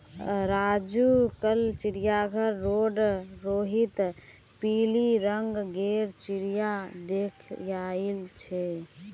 राजू कल चिड़ियाघर रोड रोहित पिली रंग गेर चिरया देख याईल छे